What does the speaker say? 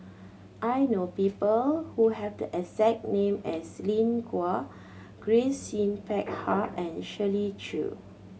I know people who have the exact name as Lin Gao Grace Yin Peck Ha and Shirley Chew